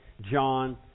John